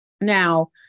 Now